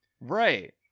Right